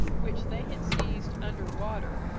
which they had seized under water,